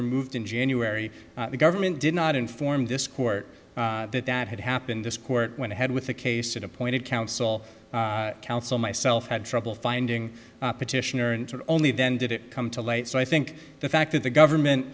removed in january the government did not inform this court that that had happened this court went ahead with the case that appointed counsel counsel myself had trouble finding petitioner and only then did it come to light so i think the fact that the government